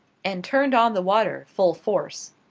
and turned on the water full force.